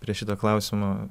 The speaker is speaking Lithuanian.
prie šito klausimo